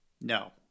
No